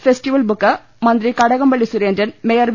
ഫെസ്റ്റി വൽബുക്ക് മന്ത്രി Kadakampally Surendran mayor V